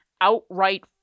outright